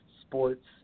sports